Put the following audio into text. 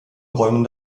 räumen